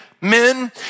men